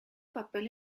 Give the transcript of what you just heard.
papel